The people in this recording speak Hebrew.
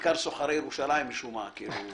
בעיקר סוחרי ירושלים משום מה- - כאילו